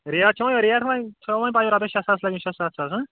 rate چھےٚ وۄنۍ rate وۄنۍ چھو وۄنۍ پَیی رۄپیَس شےٚ ساس لَگہِ شےٚ ساس حظ ہا